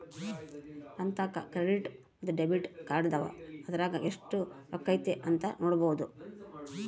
ನಂತಾಕ ಕ್ರೆಡಿಟ್ ಮತ್ತೆ ಡೆಬಿಟ್ ಕಾರ್ಡದವ, ಅದರಾಗ ಎಷ್ಟು ರೊಕ್ಕತೆ ಅಂತ ನೊಡಬೊದು